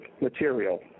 material